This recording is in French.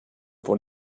pour